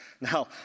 Now